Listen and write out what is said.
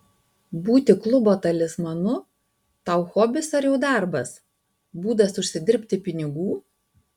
būti klubo talismanu tau hobis ar jau darbas būdas užsidirbti pinigų